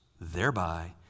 thereby